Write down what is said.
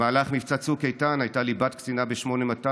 במהלך מבצע צוק איתן הייתה לי בת קצינה ב-8200,